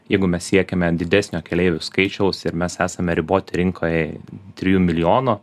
jeigu mes siekiame didesnio keleivių skaičiaus ir mes esame riboti rinkoj trijų milijonų